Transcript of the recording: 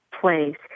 place